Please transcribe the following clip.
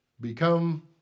become